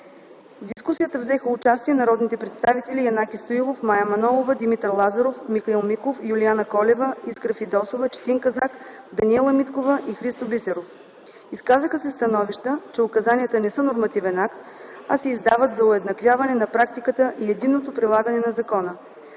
В дискусията взеха участие народните представители Янаки Стоилов, Мая Манолова, Димитър Лазаров, Михаил Миков, Юлиана Колева, Искра Фидосова, Четин Казак, Даниела Миткова и Христо Бисеров. Изказаха се становища, че указанията не са нормативен акт, а се издават за уеднаквяване на практиката и единното прилагане на закона.